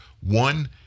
one